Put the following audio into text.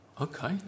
Okay